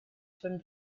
from